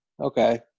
Okay